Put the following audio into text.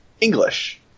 English